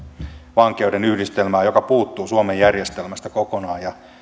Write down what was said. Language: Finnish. vankeuden yhdistelmää joka puuttuu suomen järjestelmästä kokonaan